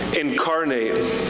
incarnate